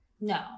No